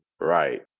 Right